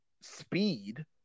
speed